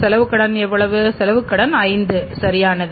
செலவுக் கடன் எவ்வளவு செலவுக் கடன் 5 சரியானது